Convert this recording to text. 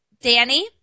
Danny